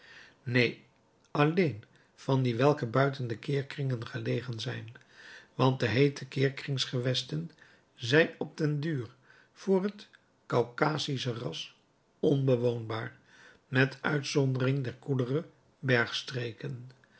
neen alleen van die welke buiten de keerkringen gelegen zijn want de heete keerkringsgewesten zijn op den duur voor het kaukasische ras onbewoonbaar met uitzondering der koelere